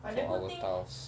for our tiles